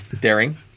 daring